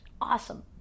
awesome